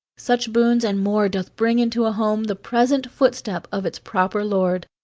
such boons and more doth bring into a home the present footstep of its proper lord.